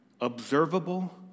observable